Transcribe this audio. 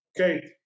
Okay